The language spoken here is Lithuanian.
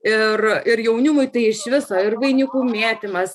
ir ir jaunimui tai iš viso ir vainikų mėtymas